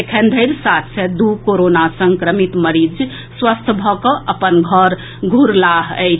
एखन धरि सात सय दू कोरोना संक्रमित मरीज स्वस्थ भऽ कऽ अपन घर घूरलाह अछि